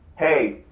hey,